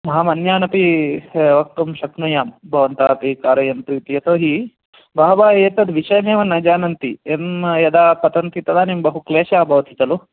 अहम् अन्यानपि वक्तुं शक्नोमि भवन्तः अपि कारयन्तु इति यतो हि बहवः एतद् विषयमेव न जानन्ति यं यदा पतन्ति तदानीं बहु क्लेशः भवति खलु